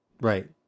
Right